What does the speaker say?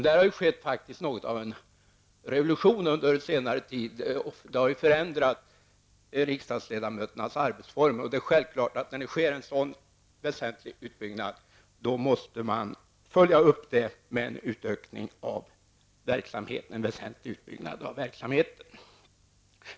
Där har det faktiskt skett något av en revolution de senare åren. Det har förändrat riksdagsledamöternas arbetsformer. Det är självklart att en sådan väsentlig utbyggnad bör följas upp med en väsentlig utbyggnad av verksamheten också.